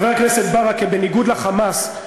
חבר הכנסת ברכה, בניגוד ל"חמאס",